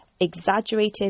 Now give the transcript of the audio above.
exaggerated